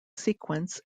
sequence